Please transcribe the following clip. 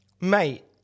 mate